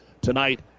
tonight